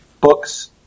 books